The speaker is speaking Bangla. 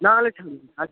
না হলে ছাড়ুন আর কি